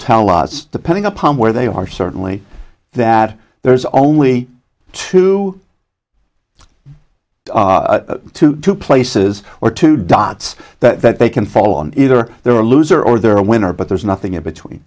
tell us depending upon where they are certainly that there's only two two two places or two dots that they can fall on either there are a loser or they're a winner but there's nothing in between